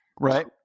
Right